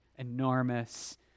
Enormous